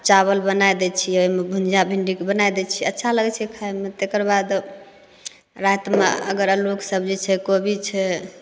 चावल बनै दै छिए ओहिमे भुजिआ भिण्डीके बनै दै छिए अच्छा लगै छै खाइमे तकर बाद रातिमे अगर अल्लूके सबजी छै कोबी छै